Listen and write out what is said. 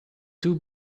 two